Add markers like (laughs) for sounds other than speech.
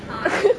(laughs)